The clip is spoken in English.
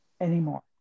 anymore